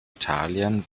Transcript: italien